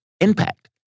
impact